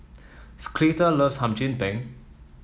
loves Hum Chim Peng